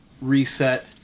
reset